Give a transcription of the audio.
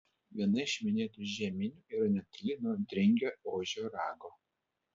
viena iš minėtų žeminių yra netoli nuo dringio ožio rago